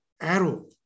arrow